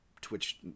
Twitch